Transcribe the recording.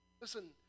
Listen